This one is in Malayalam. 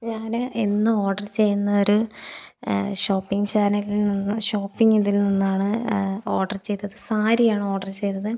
ഞാന് ഇന്ന് ഓഡറ് ചെയ്യുന്നതൊരു ഷോപ്പിങ്ങ് ചാനലിൽ നിന്ന് ഷോപ്പിങ്ങ് ഇതിൽ നിന്നാണ് ഓഡർ ചെയ്തത് സാരിയാണ് ഓഡർ ചെയ്തത്